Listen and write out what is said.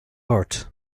ort